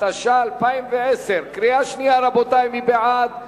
התש"ע 2010. רבותי, מי בעד?